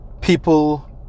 people